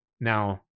now